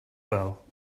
well